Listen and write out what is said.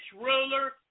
ruler